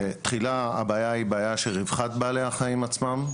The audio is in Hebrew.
תחילה הבעיה היא בעיה של רווחת בעלי החיים עצמם,